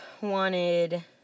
wanted